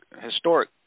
historic